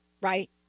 right